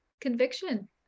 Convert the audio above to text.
conviction